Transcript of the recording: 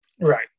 Right